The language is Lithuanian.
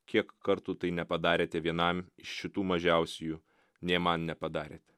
kiek kartų tai nepadarėte vienam iš šitų mažiausiųjų nė man nepadarėte